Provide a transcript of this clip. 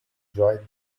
join